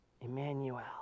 Emmanuel